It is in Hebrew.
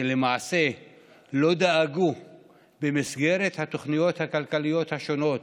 שלמעשה לא דאגו במסגרת התוכניות הכלכליות השונות